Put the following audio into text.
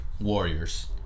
Warriors